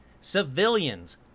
civilians